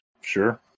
Sure